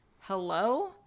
hello